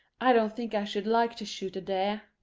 i don't think i should like to shoot a deer,